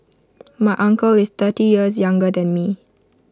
my uncle is thirty years younger than me